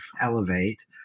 elevate